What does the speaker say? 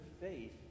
faith